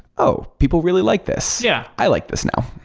oh, people really like this. yeah i like this now.